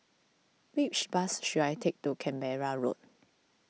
which bus should I take to Canberra Road